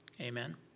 Amen